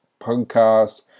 podcast